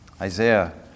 Isaiah